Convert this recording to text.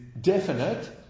definite